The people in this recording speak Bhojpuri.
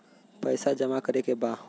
पैसा जमा करे के बा?